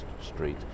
street